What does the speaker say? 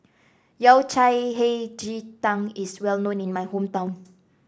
Yao Cai Hei Ji Tang is well known in my hometown